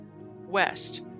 west